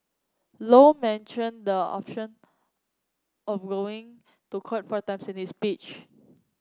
low mentioned the option of going to court four times in speech